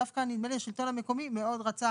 דווקא נדמה לי שהשלטון המקומי מאוד רצה